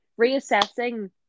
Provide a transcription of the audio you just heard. Reassessing